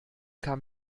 kam